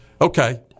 Okay